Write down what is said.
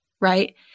right